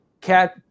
cat